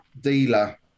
dealer